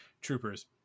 troopers